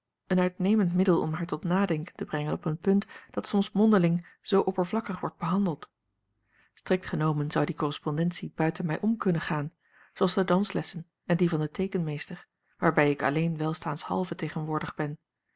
een uitnemend middel om haar tot nadenken te brengen op een punt dat soms mondeling zoo oppervlakkig wordt behandeld strikt genomen zou die correspondentie buiten mij om kunnen gaan zooals de danslessen en die van den teekenmeester waarbij ik alleen welstaanshalve tegenwoordig ben